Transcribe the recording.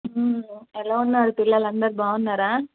ఎలా ఉన్నారు పిల్లలు అందరూ బాగున్నారా